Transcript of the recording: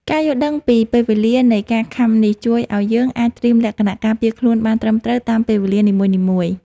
ការយល់ដឹងពីពេលវេលានៃការខាំនេះ ជួយឱ្យយើងអាចត្រៀមលក្ខណៈការពារខ្លួនបានត្រឹមត្រូវតាមពេលវេលានីមួយៗ។